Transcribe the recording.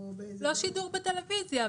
לא לצורך שידור בטלוויזיה,